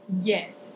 yes